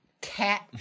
cat